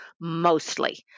mostly